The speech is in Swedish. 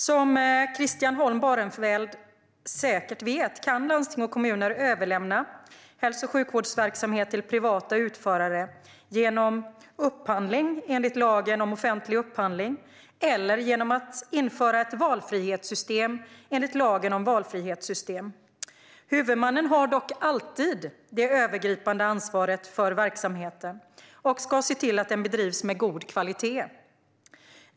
Som Christian Holm Barenfeld säkert vet kan landsting och kommuner överlämna hälso och sjukvårdsverksamhet till privata utförare genom upphandling enligt lagen om offentlig upphandling eller genom att införa ett valfrihetssystem enligt lagen om valfrihetssystem. Huvudmannen har dock alltid det övergripande ansvaret för verksamheten och ska se till att den bedrivs med god kvalitet.